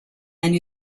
and